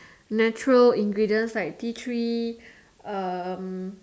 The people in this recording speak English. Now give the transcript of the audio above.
natural ingredients like tea tree um